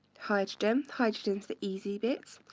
hydrogen. hydrogen is the easy bits.